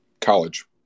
college